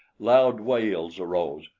loud wails arose,